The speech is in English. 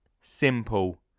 simple